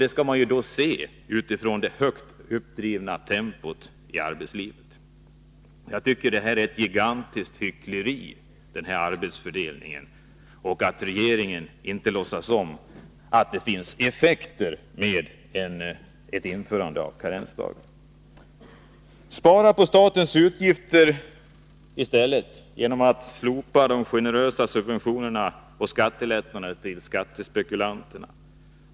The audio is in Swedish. Detta skall då ses mot bakgrund av det högt uppdrivna tempot i arbetslivet. Jag tycker att det är ett gigantiskt hyckleri att regeringen inte låtsas om att karensdagar har negativa effekter. Spara i stället på statens utgifter genom att slopa de generösa subventionerna och skattelättnaderna till skattespekulanterna.